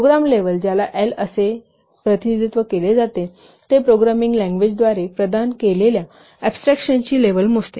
program level ज्याला L असे प्रतिनिधित्व केले जाते ते प्रोग्रामिंग लँग्वेजद्वारे प्रदान केलेल्या अबस्ट्रॅक्शनची लेव्हल मोजते